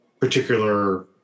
particular